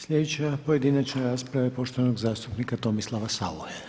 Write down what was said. Sljedeća pojedinačna rasprava je poštovanog zastupnika Tomislava Sauche.